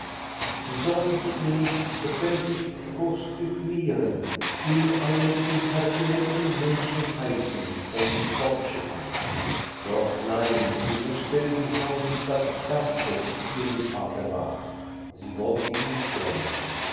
sollte sie ihn nicht öffentlich prostituieren ihn einen impertinenten menschen heißen und fortschicken doch nein sie wußte wie heilig das gastrecht ihrem vater war sie wollte ihn schonen